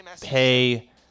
pay